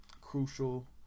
crucial